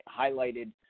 highlighted